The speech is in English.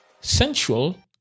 sensual